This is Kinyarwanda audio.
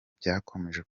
byakomeje